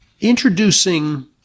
Introducing